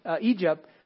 Egypt